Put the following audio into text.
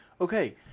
Okay